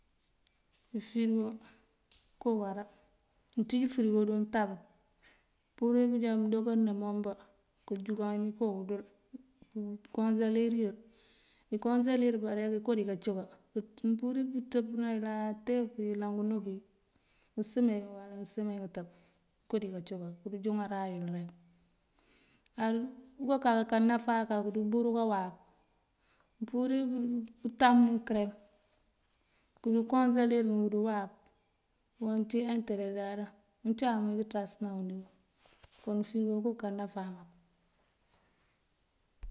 Ifërigo okoo awára, mëënţíij fërigo dí untab. Mëëmpurir pëënjá mëëndo káanëëm ambá këënjunkan ikoo dël pur këënkonëëlir iyël. Ikonsëlíir ibá yoko díka coka, mëëmpurir pëëntëp náayël tee këyëlan ngëënú, usëmeen uwala ngëësëmeen ngëtëb yoko dí káancoká kúunjúŋaran yël rek. Púunkáka náfá dí umbúuru káwap. Mëëmpurir pëëntan kërem pur koŋsëlir dúuwap. Uncí intere dáadaŋ, uncáam wí këëntásënawun kom fërigo oko ká náfá mël.